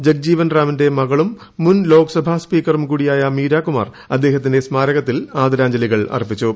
ജഗ്ജീവൻ റാമിന്റെ മകളും മുൻ ലോക്സഭാ സ്പീക്കറും കൂടിയായ മീരാകുമാർ അദ്ദേഹത്തിന്റെ സ്മാരകത്തിൽ ആദരാഞ്ജലികൾ അർപ്പിച്ചു